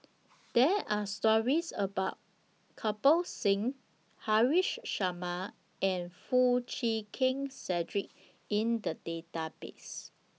There Are stories about Kirpal Singh Haresh Sharma and Foo Chee Keng Cedric in The Database